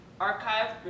archive